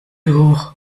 hoch